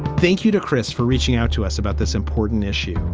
thank you to chris for reaching out to us about this important issue